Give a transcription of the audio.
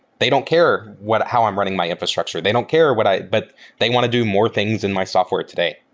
they don't care how how i'm running my infrastructure. they don't care what i but they want to do more things in my software today.